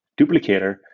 duplicator